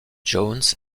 jones